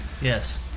yes